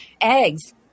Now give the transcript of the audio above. eggs